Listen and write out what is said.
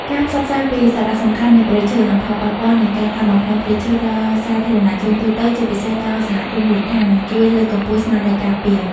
ការផ្សព្វផ្សាយពីសារៈសំខាន់នៃព្រៃឈើ និងផលប៉ះពាល់នៃការកាប់បំផ្លាញព្រៃឈើដល់សាធារណជនទូទៅ ជាពិសេសដល់សហគមន៍មូលដ្ឋាន នឹងជួយលើកកម្ពស់ស្មារតីការពារ។